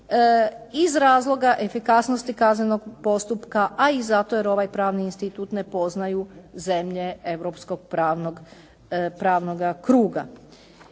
iz razloga efikasnosti kaznenog postupka, a i zato jer ovaj pravni institut ne poznaju zemlje europskog pravnog kruga.